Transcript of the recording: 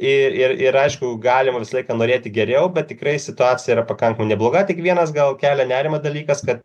ir ir ir aišku galima visą laiką norėti geriau bet tikrai situacija yra pakankamai nebloga tik vienas gal kelia nerimą dalykas kad